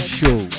show